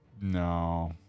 No